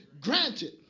granted